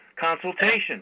consultation